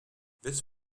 this